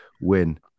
win